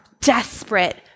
desperate